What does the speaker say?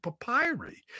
papyri